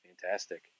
Fantastic